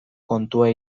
kontua